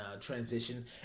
transition